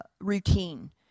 routine